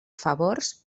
favors